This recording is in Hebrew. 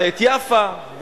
ואת יפא,